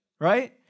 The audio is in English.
right